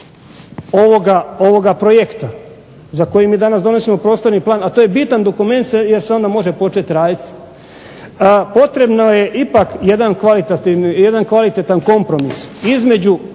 ovoga projekta, za koji mi danas donosimo prostorni plan, a to je bitan dokument, jer se onda može početi raditi, potrebno je ipak jedan kvalitetan kompromis između